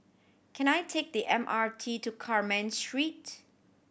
can I take the M R T to Carmen Street